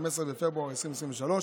15 בפברואר 2023,